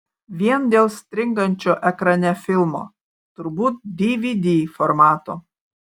vien dėl stringančio ekrane filmo turbūt dvd formato